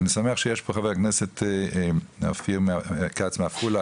אני שמח שיש פה את חה"כ אופיר כץ מעפולה,